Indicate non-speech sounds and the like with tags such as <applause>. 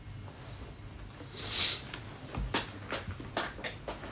<breath>